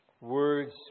words